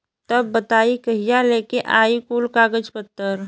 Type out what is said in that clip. तब बताई कहिया लेके आई कुल कागज पतर?